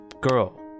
girl